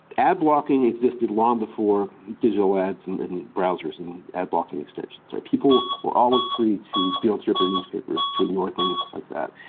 ad blocking existed long before digital ads and and browsers and ad blocking extensions. people were always free to field-stripping these papers to ignore things like that.